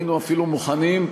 היינו אפילו מוכנים,